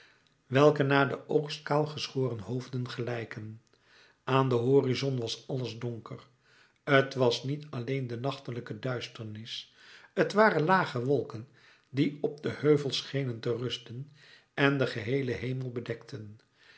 welke na den oogst kaal geschoren hoofden gelijken aan den horizon was alles donker t was niet alleen de nachtelijke duisternis t waren lage wolken die op den heuvel schenen te rusten en den geheelen hemel bedekten